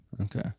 Okay